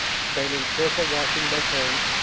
spent in careful watching by turns,